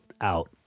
out